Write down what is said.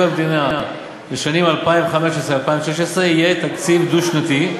המדינה לשנים 2015 2016 יהיה תקציב דו-שנתי,